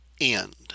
end